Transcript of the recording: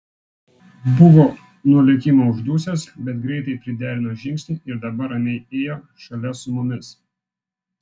buvo nuo lėkimo uždusęs bet greitai priderino žingsnį ir dabar ramiai ėjo šalia su mumis